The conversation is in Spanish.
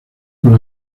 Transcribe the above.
con